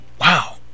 Wow